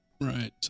Right